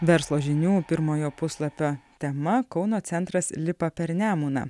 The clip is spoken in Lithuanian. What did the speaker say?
verslo žinių pirmojo puslapio tema kauno centras lipa per nemuną